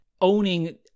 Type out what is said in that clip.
owning